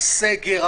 הסגר,